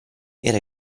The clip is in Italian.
era